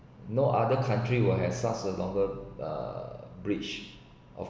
no other country will has such a longer uh bridge